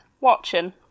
watching